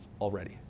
already